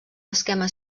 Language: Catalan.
esquema